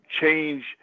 change